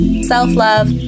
self-love